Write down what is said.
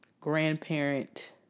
grandparent